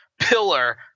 pillar